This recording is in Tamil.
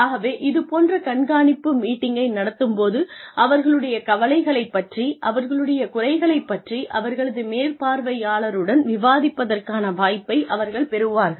ஆகவே இதுபோன்ற கண்காணிப்பு மீட்டிங்கை நடத்தும் போது அவர்களுடைய கவலைகளைப் பற்றி அவர்களுடைய குறைகளைப் பற்றி அவர்களது மேற்பார்வையாளருடன் விவாதிப்பதற்கான வாய்ப்பை அவர்கள் பெறுவார்கள்